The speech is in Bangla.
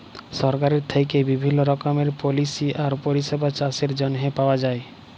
সরকারের থ্যাইকে বিভিল্ল্য রকমের পলিসি আর পরিষেবা চাষের জ্যনহে পাউয়া যায়